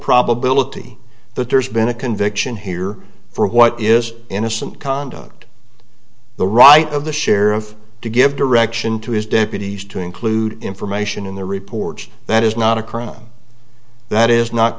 probability that there's been a conviction here for what is innocent conduct the right of the sheriff to give direction to his deputies to include information in the reports that is not a crime that is not